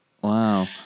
Wow